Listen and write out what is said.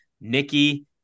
Nikki